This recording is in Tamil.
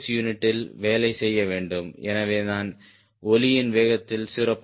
எஸ் யூனிட்டில் வேலை செய்ய வேண்டும் எனவே நான் ஒலியின் வேகத்தில் 0